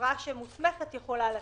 שהחברות יכולות לתת,